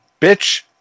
bitch